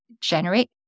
generate